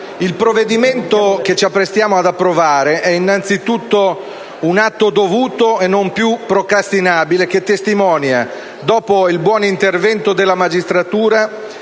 il provvedimento che ci apprestiamo ad approvare è innanzitutto un atto dovuto e non più procrastinabile che testimonia, dopo il buon intervento della magistratura,